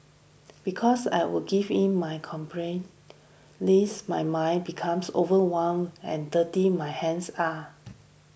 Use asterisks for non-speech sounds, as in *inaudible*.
because I would give in my *unintelligible* lest my mind becomes overwhelmed and dirty my hands are